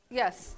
yes